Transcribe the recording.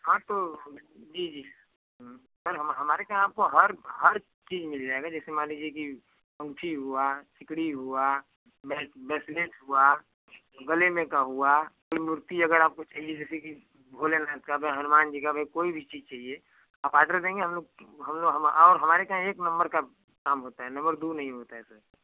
हाँ तो जी जी सर हमारे यहाँ तो हर हर चीज मिल जाएगा जैसे मान लीजिए की अंगूठी हुआ सिकड़ी हुआ ब्रेस ब्रेसलेट हुआ गले में का हुआ तीन मूर्ति अगर आपको चाहिए जैसे की भोलेनाथ का हनुमान जी का भी कोई भी चीज चाहिए आप आर्डर देंगे हम लोग हमलो हम और हमारे यहाँ एक नंबर का काम होता है नंबर दू नहीं होता है सर